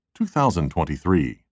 2023